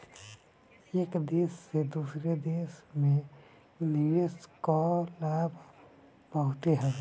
एक देस से दूसरा देस में निवेश कअ लाभ बहुते हवे